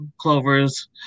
clover's